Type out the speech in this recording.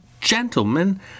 gentlemen